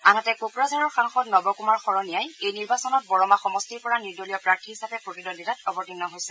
আনহাতে কোকৰাঝাৰৰ সাংসদ নৱ কুমাৰ শৰণীয়াই এই নিৰ্বাচনত বৰমা সমষ্টিৰ পৰা নিৰ্দলীয় প্ৰাৰ্থী হিচাপে প্ৰতিদ্বন্দ্বিতাত অৱতীৰ্ণ হৈছে